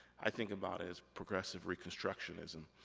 i think about it as progressive reconstructionism,